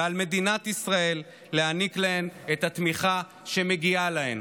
ועל מדינת ישראל להעניק להן את התמיכה שמגיעה להן.